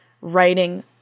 writing